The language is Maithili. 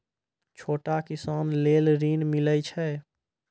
छोटा किसान लेल ॠन मिलय छै?